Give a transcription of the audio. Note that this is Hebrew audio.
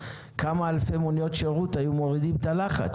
כמה אלפי מוניות שירות היו מורידות את הלחץ.